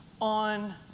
on